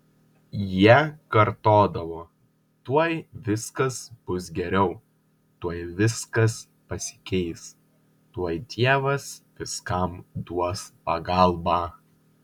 jie kartodavo tuoj viskas bus geriau tuoj viskas pasikeis tuoj dievas viskam duos pagalbą